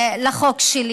לחוק שלי.